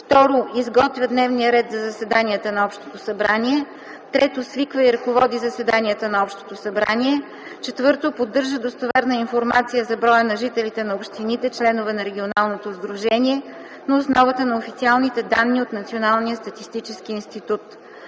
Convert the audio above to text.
2. изготвя дневния ред за заседанията на общото събрание; 3. свиква и ръководи заседанията на общото събрание; 4. поддържа достоверна информация за броя на жителите на общините, членове на регионалното сдружение, на основата на официалните данни от Националния статистически институт;